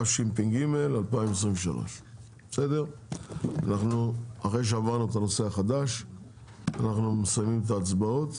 התשפ"ג 2023. אחרי שעברנו על הנושא החדש אנחנו מסיימים את ההצבעות.